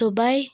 Dubai